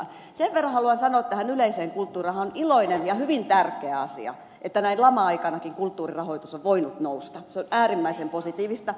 sen verran haluan sanoa yleisesti kulttuurihan on iloinen ja hyvin tärkeä asia että se että näin lama aikanakin kulttuurirahoitus on voinut nousta on äärimmäisen positiivista